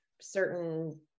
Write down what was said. Certain